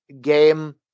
game